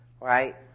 Right